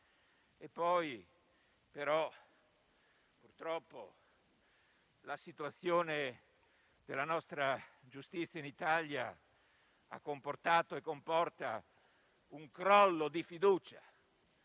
purtroppo, la situazione della giustizia in Italia ha comportato e comporta un crollo di fiducia